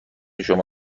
شما